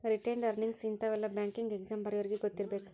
retained earnings ಇಂತಾವೆಲ್ಲ banking exam ಬರ್ಯೋರಿಗಿ ಗೊತ್ತಿರ್ಬೇಕು